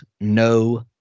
no